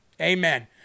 Amen